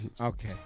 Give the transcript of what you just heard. Okay